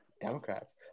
democrats